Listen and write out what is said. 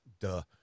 duh